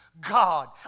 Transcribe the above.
God